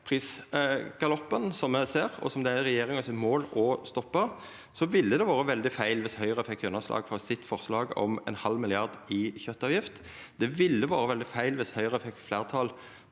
prisgaloppen me ser, og som det er regjeringa sitt mål å stoppa, ville det vore veldig feil viss Høgre fekk gjennomslag for sitt forslag om ein halv milliard i kjøtavgift. Det ville vore veldig feil viss Høgre fekk fleirtal